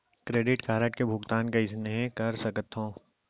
Credit card के भुगतान कइसने कर सकथो?